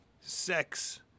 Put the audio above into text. sex